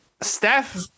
Steph